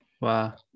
wow